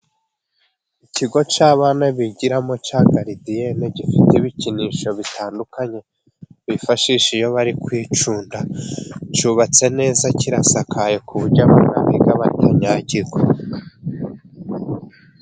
Ikigo cy'abana bigiramo cya garidiyene, gifite ibikinisho bitandukanye bifashisha iyo bari kwicunda, cyubatse neza, kirasakaye ku buryo abana biga batinyagirwa.